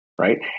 right